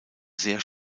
sehr